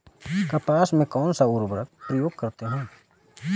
कपास में कौनसा उर्वरक प्रयोग करते हैं?